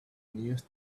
news